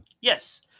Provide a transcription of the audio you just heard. Yes